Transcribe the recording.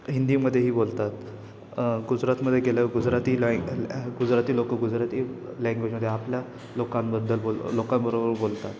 हिंदीमध्येही बोलतात गुजरातमध्ये गेलं गुजराती लँग अ ये ए गुजराती लोकं गुजराती लँग्वेजमध्ये आपल्या लोकांबद्दल बोल लोकांबरोबर बोलतात